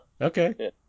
Okay